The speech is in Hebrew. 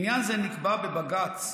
בעניין זה נקבע בבג"ץ